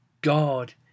God